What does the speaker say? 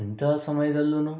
ಇಂತಹ ಸಮಯದಲ್ಲೂ